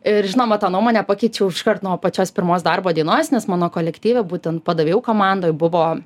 ir žinoma tą nuomonę pakeičiau iškart nuo pačios pirmos darbo dienos nes mano kolektyve būtent padavėjų komandoj buvo